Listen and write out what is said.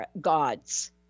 gods